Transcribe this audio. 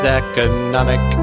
economic